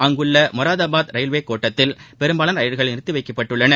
அங்குள்ள மொராதாபாத் ரயில்வே கோட்டத்தில் பெரும்பாலான ரயில்கள் நிறுத்தி வைக்கப்பட்டுள்ளன